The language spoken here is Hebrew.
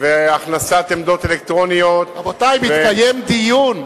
והכנסת עמדות אלקטרוניות, רבותי, מתקיים דיון.